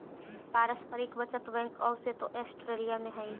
पारस्परिक बचत बैंक ओइसे तो ऑस्ट्रेलिया में हइ